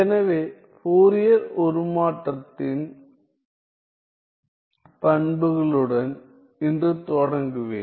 எனவே ஃபோரியர் உருமாற்றத்தின் பண்புகளுடன் இன்று தொடங்குவேன்